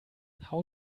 how